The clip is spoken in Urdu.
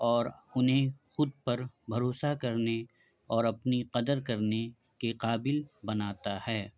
اور انہیں خود پر بھروسہ کرنے اور اپنی قدر کرنے کے قابل بناتا ہے